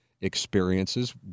experiences